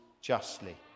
justly